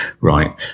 right